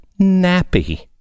nappy